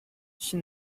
she